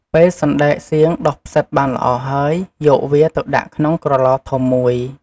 ពេលសណ្ដែកសៀងដុះផ្សិតបានល្អហើយ យកវាទៅដាក់ក្នុងក្រឡធំមួយ។